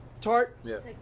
tart